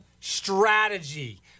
strategy